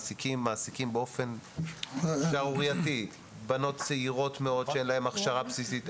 מעסיקים באופן שערורייתי בנות צעירות מאוד שאין להן הכשרה בסיסית,